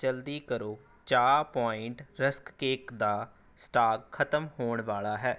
ਜਲਦੀ ਕਰੋ ਚਾਹ ਪੁਆਇੰਟ ਰੱਸਕ ਕੇਕ ਦਾ ਸਟਾਕ ਖਤਮ ਹੋਣ ਵਾਲਾ ਹੈ